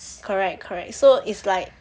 correct correct so it's like